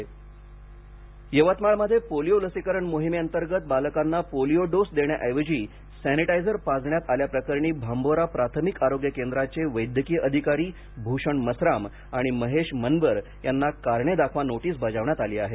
Yavatmal sanitiser कारणे दाखवा यवतमाळमध्ये पोलिओ लसीकरण मोहिमेअंतर्गत बालकांना पोलिओ डोस देण्याऐवजी सॅनिटायझर पाजण्यात आल्याप्रकरणी भांबोरा प्राथमिक आरोग्य केंद्राचे वैद्यकीय अधिकारी भूषण मसराम आणि वैद्यकीय अधिकारी महेश मनवर यांना कारणे दाखवा नोटीस बजावण्यात आली आहे